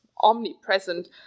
omnipresent